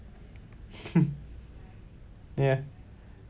ya